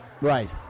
Right